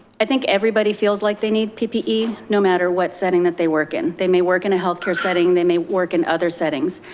i think everybody feels like they need ppe no matter what setting that they work in. they may work in a healthcare setting, they may work in other settings.